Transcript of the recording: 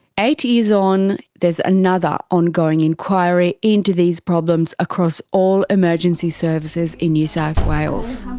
eight years on, there's another ongoing inquiry into these problems across all emergency services in new south wales.